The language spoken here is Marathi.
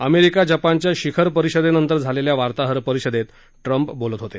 अमेरिका जपानच्या शिखर परिषदेनंतर झालेल्या वार्ताहर परिषदेत ट्रम्प बोलत होते